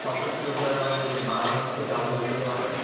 সবকিছুর ওপরে আমাদের বাংলা ভাষাই ব্যবহৃত হয়